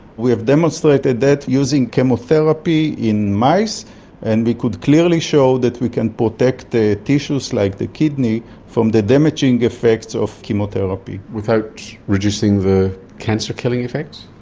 we have demonstrated that using chemotherapy in mice and we could clearly show that we can protect the tissues like the kidney from the damaging effects of chemotherapy. without reducing the cancer killing effects?